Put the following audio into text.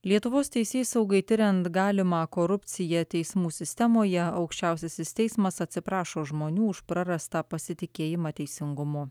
lietuvos teisėsaugai tiriant galimą korupciją teismų sistemoje aukščiausiasis teismas atsiprašo žmonių už prarastą pasitikėjimą teisingumu